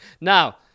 Now